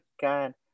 God